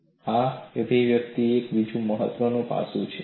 અને આ અભિવ્યક્તિનું બીજું મહત્વનું પાસું શું છે